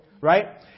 right